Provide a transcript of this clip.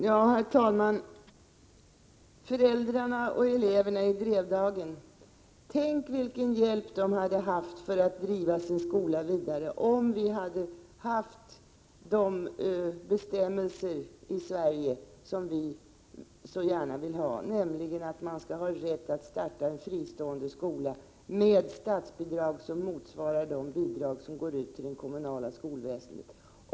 Herr talman! Tänk vilken hjälp föräldrarna och eleverna i Drevdagen hade haft med att driva sin skola vidare om vi haft de bestämmelser i Sverige som vi moderater så gärna vill ha. Det gäller bestämmelser som innebär att man skall ha rätt att starta en fristående skola med statsbidrag som motsvarar de bidrag som utgår till det kommunala skolväsendet.